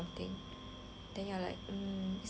then you are like um it's that what I really want